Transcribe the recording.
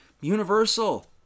Universal